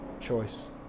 choice